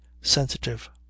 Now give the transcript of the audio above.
sensitive